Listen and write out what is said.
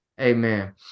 Amen